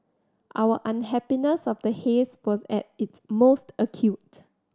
our unhappiness of the haze was at its most acute